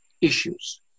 issues